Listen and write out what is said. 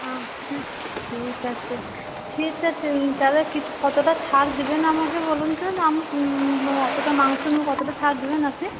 আচ্ছা ঠিক আছে ঠিক আছে তাহলে কিছু কতটা ছাড় দিবেন আমাকে বলুন তো অতটা মাংস নেবো কতটা ছাড় দেবেন আপনি